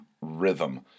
rhythm